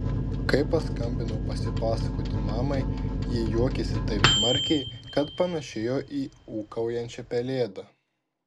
kai paskambinau pasipasakoti mamai ji juokėsi taip smarkiai kad panašėjo į ūkaujančią pelėdą